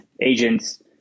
agents